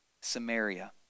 Samaria